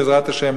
בעזרת השם,